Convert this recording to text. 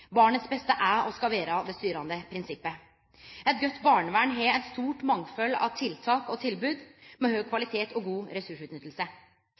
Barnets beste er og skal vere det styrande prinsippet. Eit godt barnevern har eit stort mangfald av tiltak og tilbod, med høg kvalitet og god